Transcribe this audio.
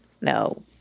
no